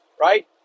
right